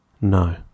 No